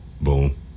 boom